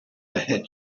had